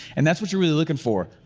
and that's what you're really looking for.